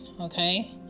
okay